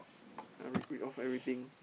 ah read read off everything